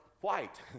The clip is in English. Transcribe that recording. white